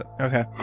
Okay